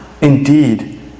Indeed